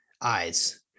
eyes